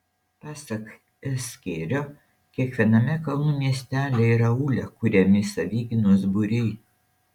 pasak s kėrio kiekviename kalnų miestelyje ir aūle kuriami savigynos būriai